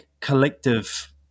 collective